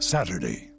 Saturday